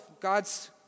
God's